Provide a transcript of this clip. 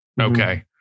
okay